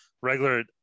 regular